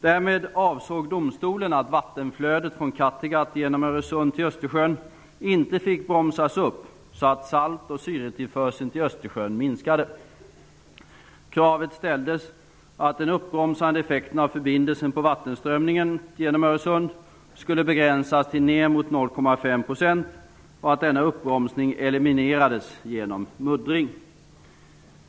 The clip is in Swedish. Kattegatt genom Öresund till Östersjön inte fick bromsas upp så att salt och syretillförseln till Östersjön minskade. Kravet ställdes att den uppbromsande effekten av förbindelsen på vattenströmningen genom Öresund skulle begränsas till ner mot 0,5 % och att denna uppbromsning eliminerades genom muddring.